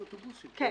כן.